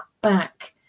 back